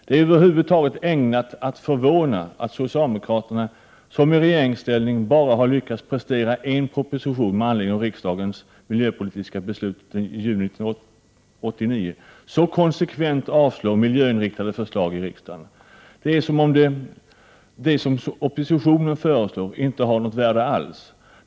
Det är över huvud taget ägnat att förvåna att socialdemokraterna, som i regeringsställning bara har lyckats prestera en proposition med anledning av riksdagens miljöpolitiska beslut i juni 1989, så konsekvent avslår miljöinriktade förslag i riksdagen. Det är som om det som oppositionen föreslår inte har något värde alls.